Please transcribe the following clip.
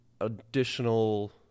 additional